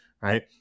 right